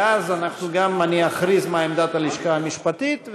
ואז אני גם אכריז מה עמדת הלשכה המשפטית,